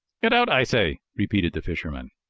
get out, i say! repeated the fisherman.